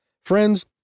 Friends